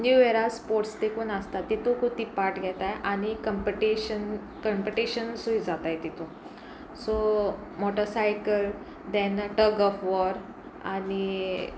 new इयररा sports देखून आसता तितूकूच ती पार्ट घेताय आनी कंपटीशन कंपिटिशन्सूय जाताय तितू so motorcycle then tug of war आनी